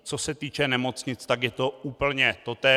Co se týče nemocnic, tak je to úplně totéž.